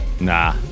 Nah